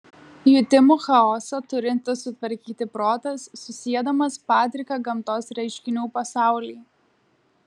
jutimų chaosą turintis sutvarkyti protas susiedamas padriką gamtos reiškinių pasaulį